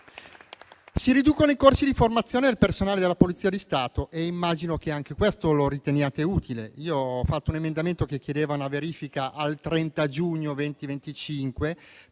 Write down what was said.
Si riducono i corsi di formazione del personale della Polizia di Stato, e immagino che anche questo lo riteniate utile. Avevo presentato un emendamento che chiedeva una verifica al 30 giugno 2025